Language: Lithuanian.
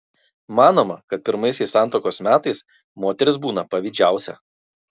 manoma kad pirmaisiais santuokos metais moteris būna pavydžiausia